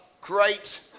great